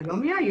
זה לא מהיום.